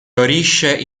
fiorisce